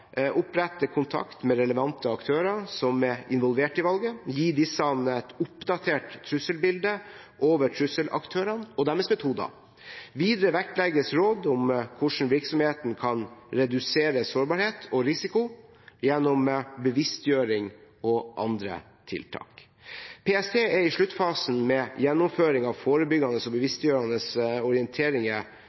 opprette kontakt med relevante aktører som er involvert i valget, og gi disse et oppdatert trusselbilde over trusselaktørene og deres metoder. Videre vektlegges råd om hvordan virksomheten kan redusere sårbarhet og risiko gjennom bevisstgjøring og andre tiltak. PST er i sluttfasen med gjennomføringen av forebyggende og bevisstgjørende